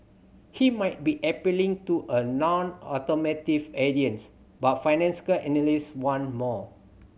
he might be appealing to a nonautomotive audience but financial analysts want more